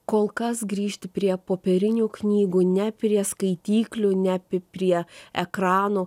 kol kas grįžti prie popierinių knygų ne prie skaityklių ne prie ekranų